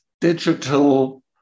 digital